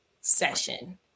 session